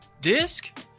disc